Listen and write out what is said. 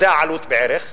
זאת העלות בערך,